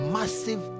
massive